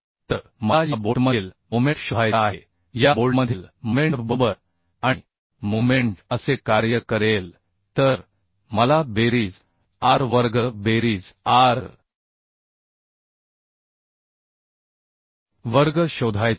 तर मला या बोल्टमधील मोमेंट शोधायचा आहे या बोल्टमधील मोमेंट बरोबर आणि मोमेंट असे कार्य करेल तर मला बेरीज r वर्ग बेरीज r वर्ग शोधायचा आहे